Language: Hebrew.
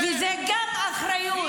גם זאת אחריות.